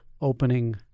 Opening